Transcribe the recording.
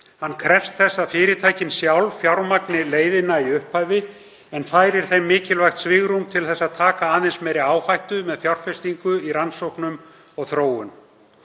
Hann krefst þess að fyrirtækin sjálf fjármagni leiðina í upphafi en færir þeim mikilvægt svigrúm til að taka aðeins meiri áhættu með fjárfestingu í rannsóknum og þróun.